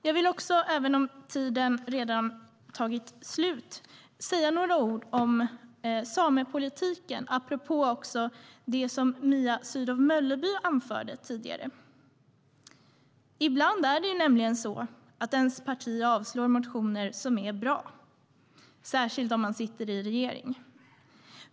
Jag vill också säga några ord om samepolitiken, apropå det som Mia Sydow Mölleby anförde. Ibland är det så att ens parti avstyrker motioner som är bra, särskilt om man sitter med i regeringen.